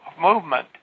movement